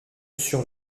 sur